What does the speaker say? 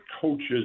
coaches